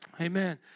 Amen